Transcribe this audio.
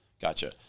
Gotcha